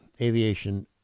aviation